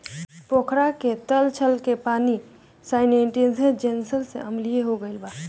पोखरा के तलछट के पानी सैलिनाइज़ेशन से अम्लीय हो गईल बा